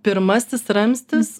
pirmasis ramstis